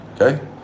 Okay